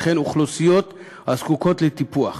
וכן אוכלוסיות הזקוקות לטיפוח,